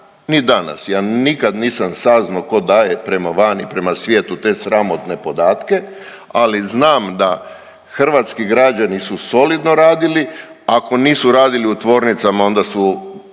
nit danas. Ja nikad nisam saznao tko daje prema vani, prema svijetu te sramotne podatke, ali znam da hrvatski građani su solidno radili. Ako nisu radili u tvornicama onda su